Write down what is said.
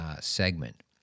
segment